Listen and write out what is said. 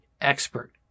expert